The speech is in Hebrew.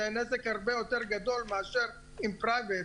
נזק הרבה יותר גדול מאשר עם פרייבט,